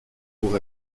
pour